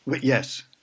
Yes